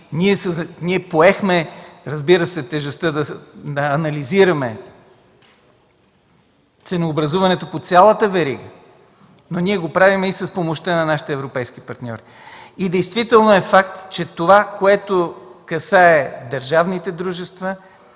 ние поехме, разбира се, тежестта да анализираме ценообразуването по цялата верига, но ние го правим и с помощта на нашите европейски партньори. И действително е факт, че това, което касае държавните дружества,